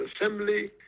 Assembly